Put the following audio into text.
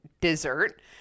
dessert